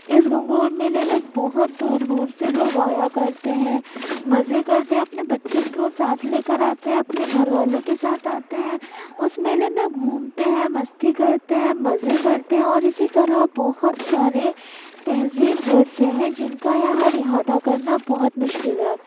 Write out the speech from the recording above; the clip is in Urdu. اس گنگور میلے میں بہت دوردور سے لوگ آیا کرتے ہیں مزے کرتے ہیں اپنے بچوں کو ساتھ لے کر آتے ہیں اپنے گھر والوں کے ساتھ آتے ہیں اس میلے میں گھومتے ہیں مستی کرتے ہیں مزے کرتے ہیں اور اسی طرح بہت سارے تہذیب ورثے ہیں جن کا یہاں احاطہ کرنا بہت مشکل ہے